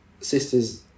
sisters